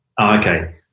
Okay